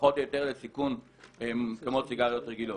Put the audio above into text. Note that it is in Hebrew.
פחות או יותר לסיכון כמו סיגריות רגילות.